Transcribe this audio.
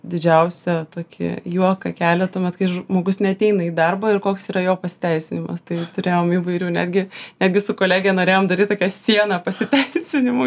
didžiausią tokį juoką kelia tuomet kai žmogus neateina į darbą ir koks yra jo pasiteisinimas tai turėjom įvairių netgi netgi su kolege norėjom daryt tokią sieną pasiteisinimų